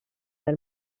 del